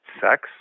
sex